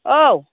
औ